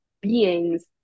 beings